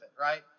right